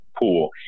pool